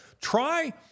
try